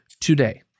today